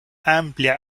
amplia